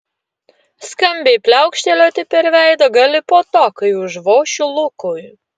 skambiai pliaukštelėti per veidą gali po to kai užvošiu lukui